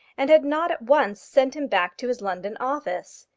and had not at once sent him back to his london office.